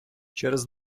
через